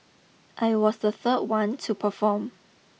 I was the third one to perform